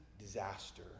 disaster